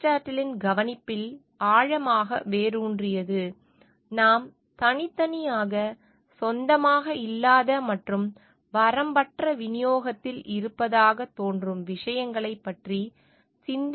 அரிஸ்டாட்டிலின் கவனிப்பில் ஆழமாக வேரூன்றியது நாம் தனித்தனியாக சொந்தமாக இல்லாத மற்றும் வரம்பற்ற விநியோகத்தில் இருப்பதாகத் தோன்றும் விஷயங்களைப் பற்றி சிந்திக்காமல் இருக்கிறோம்